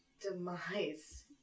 demise